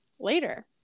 later